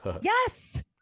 yes